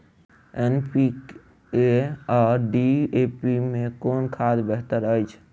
NPK आ DAP मे कुन खाद बेहतर अछि?